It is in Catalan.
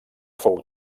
fou